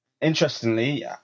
interestingly